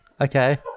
Okay